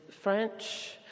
French